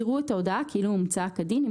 יראו את ההודעה כאילו הומצאה כדין אם